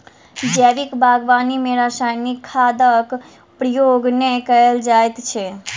जैविक बागवानी मे रासायनिक खादक प्रयोग नै कयल जाइत छै